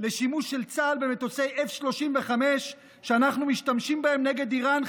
לשימוש של צה"ל במטוסי F-35 שאנחנו משתמשים בהם נגד איראן,